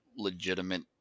legitimate